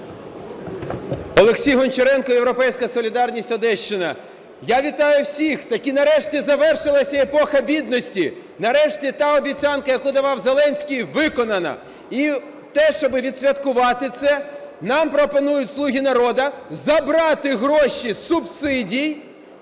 Олексій Гончаренко, "Європейська солідарність", Одещина. Я вітаю всіх, таки нарешті завершилася епоха бідності, нарешті та обіцянка, яку давав Зеленський, виконана. І те, щоб відсвяткувати це, нам пропонують "слуги народу" забрати гроші з субсидій.